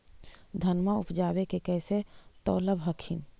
धनमा उपजाके कैसे तौलब हखिन?